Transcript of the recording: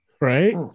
Right